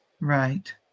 Right